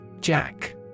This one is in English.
Jack